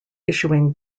issuing